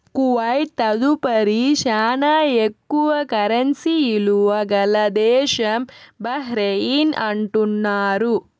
Kuwait తదుపరి శానా ఎక్కువ కరెన్సీ ఇలువ గల దేశం బహ్రెయిన్ అంటున్నారు